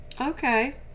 Okay